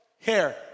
hair